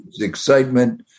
excitement